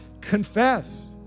confess